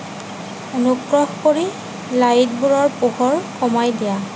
অনুগ্ৰহ কৰি লাইটবোৰৰ পোহৰ কমাই দিয়া